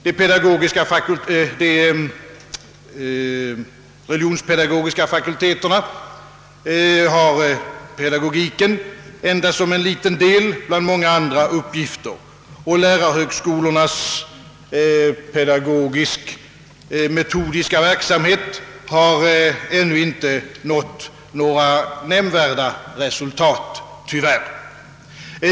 De religionsvetenskapliga fakulteterna har pedagogiken endast som en liten del bland många andra uppgifter, och lärarhögskolornas pedagogisk-metodiska verksamhet har ännu inte nått några nämnvärda resultat, tyvärr.